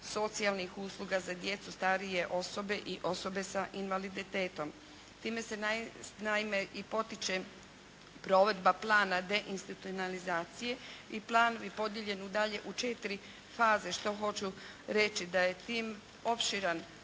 socijalnih usluga za djecu, starije osobe i osobe sa invaliditetom. Time se naime i potiče provedba plana deinstitucionalizacije i plan je podijeljen u dalje u četiri faze. Što hoću reći da je tim opširan